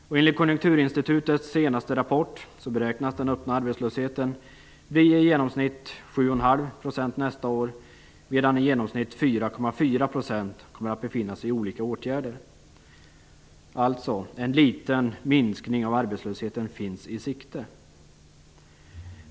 Enligt Konjunkturinstitutets senaste rapport beräknas den öppna arbetslösheten bli i genomsnitt 7,5 % nästa år, medan i genomsnitt 4,4 % kommer att befinna sig i olika åtgärder. En liten minskning av arbetslösheten finns alltså i sikte.